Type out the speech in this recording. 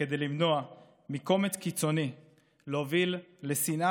כדי למנוע מקומץ קיצוני להוביל לשנאה